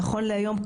נכון להיום,